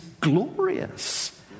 glorious